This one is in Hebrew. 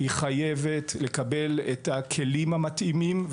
היא חייבת לקבל את הכלים המתאימים,